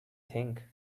think